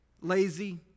lazy